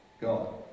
God